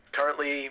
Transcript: Currently